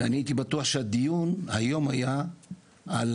ואני הייתי בטוח שהדיון היום יהיה על